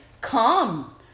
Come